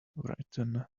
written